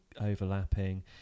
overlapping